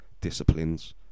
disciplines